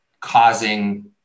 causing